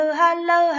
hello